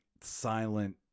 silent